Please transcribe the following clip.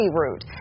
route